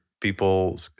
people